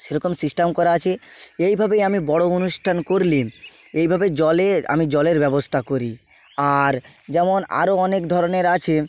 সেরকম সিস্টেম করা আছে এইভাবেই আমি বড়ো অনুষ্ঠান করলে এইভাবে জলের আমি জলের ব্যবস্থা করি আর যেমন আরও অনেক ধরনের আছে